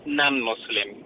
non-Muslim